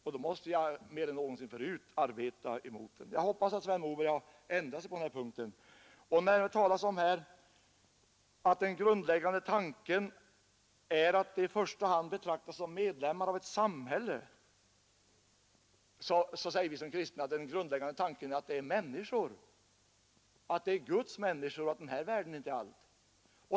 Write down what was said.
Och då måste jag mer än någonsin förut arbeta mot den. Jag hoppas att Sven Moberg har ändrat sig på den punkten. När det talas om att den grundläggande tanken är att barnen i första hand betraktas som medlemmar av ett samhälle, säger vi kristna att den grundläggande tanken är att det handlar om människor Guds människor och att den här världen inte är allt.